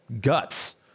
guts